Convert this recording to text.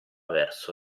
verso